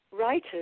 writers